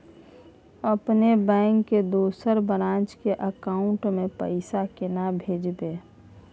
अपने बैंक के दोसर ब्रांच के अकाउंट म पैसा केना भेजबै?